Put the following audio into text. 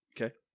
Okay